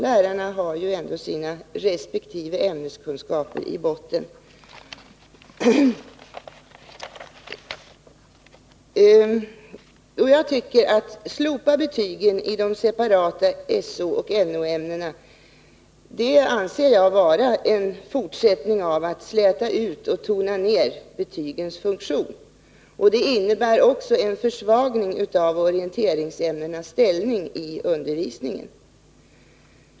Lärarna har ju sina resp. ämneskunskaper i botten. Att slopa betygen i de separata SO och NO-ämnena anser jag är en fortsättning av att släta ut och tona ner betygens funktion. Det innebär vidare en försvagning av orienteringsämnenas ställning i undervisningen.